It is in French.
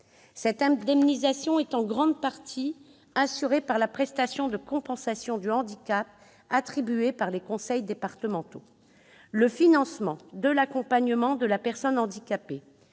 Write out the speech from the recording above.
Cette indemnisation est en grande partie assurée par la prestation de compensation du handicap, attribuée par les conseils départementaux. Le financement de l'accompagnement de la personne handicapée